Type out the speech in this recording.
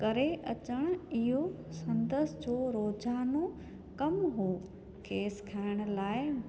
करे अचणु इहो संदसि जो रोज़ानो कमु हुओ खेसि खाइण लाइ